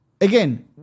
again